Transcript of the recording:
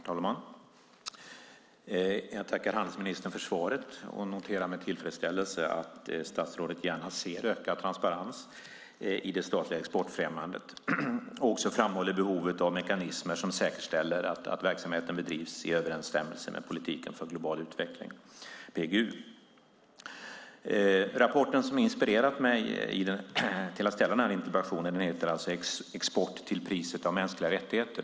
Herr talman! Jag tackar handelsministern för svaret och noterar med tillfredsställelse att statsrådet gärna ser ökad transparens i det statliga exportfrämjandet och också framhåller behovet av mekanismer som säkerställer att verksamheten bedrivs i överensstämmelse med politiken för global utveckling, PGU. Rapporten som har inspirerat mig till att ställa denna interpellation heter alltså Export till priset av mänskliga rättigheter?